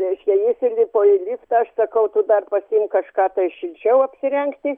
reiškia jis įlipo į liftą aš sakau tu dar pasiimk kažką tai šilčiau apsirengti